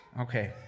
Okay